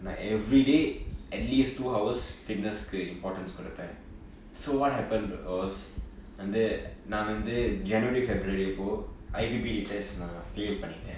like everyday at least two hours fitness importance குடுக்குறேன்:kudukren so what happened was வந்து நா வந்து:vanthu naa vanthu january february அப்பொ:appo I_P_P_T test நா:naa fail பன்னிட்டேன்:panniten